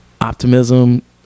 optimism